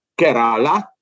Kerala